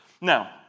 Now